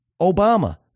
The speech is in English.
Obama